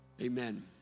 Amen